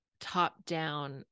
top-down